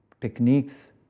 techniques